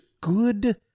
good